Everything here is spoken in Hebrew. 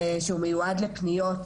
שהוא מיועד לפניות,